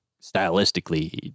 stylistically